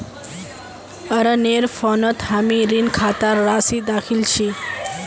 अरनेर फोनत हामी ऋण खातार राशि दखिल छि